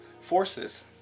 forces